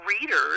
readers